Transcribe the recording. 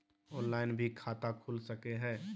Online भी खाता खूल सके हय?